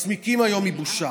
מסמיקים היום מבושה.